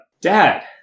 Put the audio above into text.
Dad